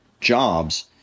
jobs